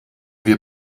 wir